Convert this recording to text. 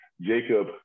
Jacob